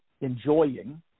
enjoying